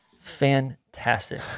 fantastic